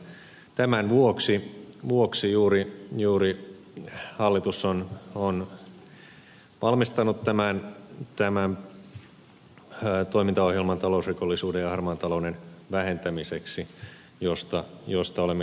juuri tämän vuoksi hallitus on valmistanut tämän toimintaohjelman talousrikollisuuden ja harmaan talouden vähentämiseksi josta olemme keskustelleet